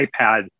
iPad